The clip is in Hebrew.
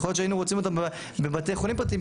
יכול להיות שהיינו רוצים אותם בבתי חולים פרטיים,